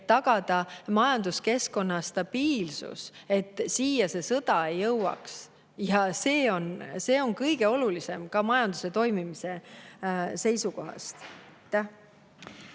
et tagada majanduskeskkonna stabiilsus, et sõda siia ei jõuaks. See on kõige olulisem ka majanduse toimimise seisukohast.